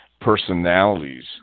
personalities